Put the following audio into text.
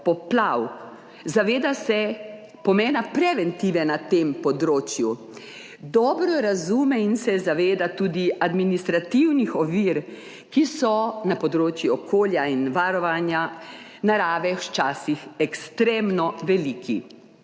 poplav, zaveda se pomena preventive na tem področju, dobro razume in se zaveda tudi administrativnih ovir, ki so na področju okolja in varovanja narave včasih ekstremno veliki.